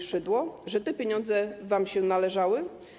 Szydło, że te pieniądze wam się należały?